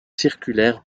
circulaires